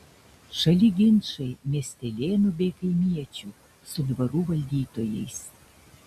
šaly ginčai miestelėnų bei kaimiečių su dvarų valdytojais